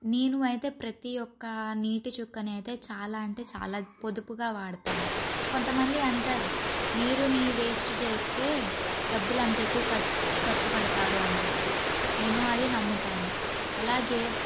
నేను అయితే ప్రతీ ఒక్క నీటి చుక్కని అయితే చాలా అంటే చాలా పొదుపుగా వాడతాను కొంత మంది అంటారు నీరుని వేస్ట్ చేస్తే డబ్బులు అంత ఎక్కువ ఖర్చ్ ఖర్చు పెడతారు అని చెప్పి నేను అది నమ్ముతాను అలాగే